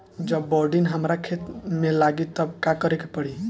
जब बोडिन हमारा खेत मे लागी तब का करे परी?